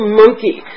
monkey